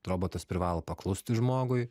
robotas privalo paklusti žmogui